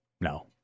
No